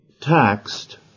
taxed